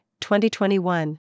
2021